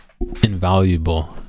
invaluable